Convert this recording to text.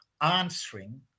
answering